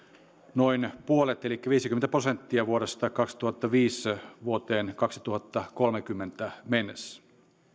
noin puolet elikkä viisikymmentä prosenttia vuodesta kaksituhattaviisi vuoteen kaksituhattakolmekymmentä mennessä